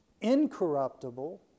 incorruptible